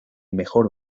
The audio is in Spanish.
mejor